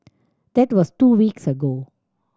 that was two weeks ago